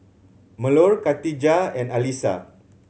Melur Khatijah and Alyssa